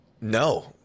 No